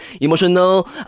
emotional